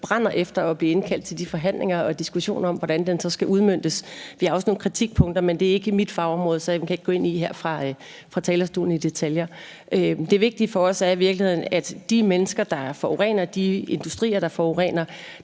brænder efter at blive indkaldt til de forhandlinger og diskussioner om, hvordan den så skal udmøntes. Vi har også nogle kritikpunkter, men det er ikke mit fagområde, så jeg kan ikke gå ind i detaljerne her fra talerstolen. Det vigtige for os er i virkeligheden er, at man i forhold til de mennesker, der forurener, og de industrier, der forurener,